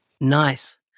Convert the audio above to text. Nice